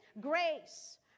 Grace